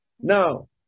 Now